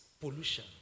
Pollution